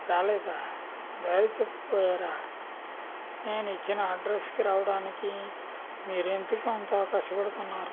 రాలేదా దారి తప్పిపోయారా నేను ఇచ్చిన అడ్రస్కి రావడానికి మీరు ఎందుకు అంత కష్టపడుతున్నారు